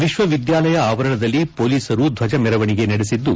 ವಿಶ್ವವಿದ್ಯಾಲಯ ಆವರಣದಲ್ಲಿ ಪೊಲೀಸರು ಧ್ವಜ ಮೆರವಣಿಗೆ ನಡೆಸಿದ್ದು